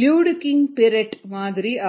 Luedeking Piret மாதிரி ஆகும்